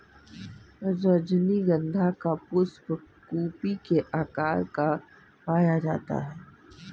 रजनीगंधा का पुष्प कुपी के आकार का पाया जाता है